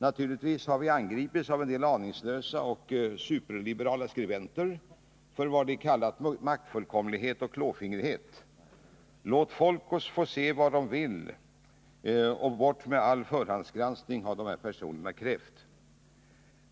Naturligtvis har vi angripits av en del aningslösa och superliberala skribenter för vad de kallat maktfullkomlighet och klåfingrighet. Låt folk få se vad de vill och bort med all förhandsgranskning, har dessa personer krävt.